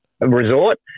resort